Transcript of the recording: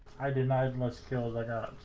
i denied muscular like ah